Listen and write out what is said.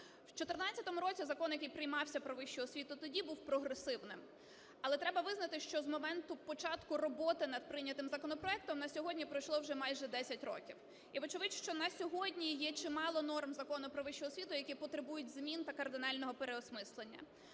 В 2014 році закон, який приймався "Про вищу освіту" тоді, був прогресивним. Але треба визнати, що з моменту початку роботи над прийнятим законопроектом на сьогодні пройшло вже майже 10 років. І вочевидь, що на сьогодні є чимало норм Закону "Про вищу освіту", які потребують змін та кардинального переосмислення.